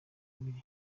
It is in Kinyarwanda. abiri